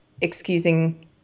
excusing